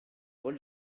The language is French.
paul